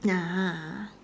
ah